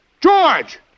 George